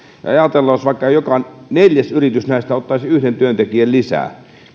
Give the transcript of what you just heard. ajatellaan että jos vaikka joka neljäs yritys näistä ottaisi yhden työntekijän lisää